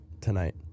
tonight